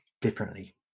differently